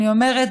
אני אומרת,